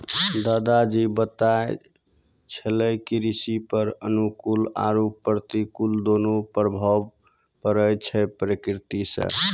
दादा जी बताय छेलै कृषि पर अनुकूल आरो प्रतिकूल दोनों प्रभाव पड़ै छै प्रकृति सॅ